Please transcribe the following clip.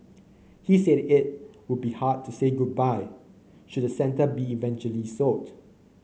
he said it would be hard to say goodbye should the centre be eventually sold